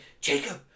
Jacob